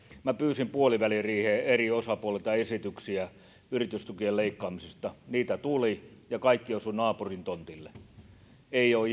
minä pyysin puoliväliriiheen eri osapuolilta esityksiä yritystukien leikkaamisesta niitä tuli ja kaikki osuivat naapurin tontille se ei ole